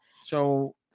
So-